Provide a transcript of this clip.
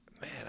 Man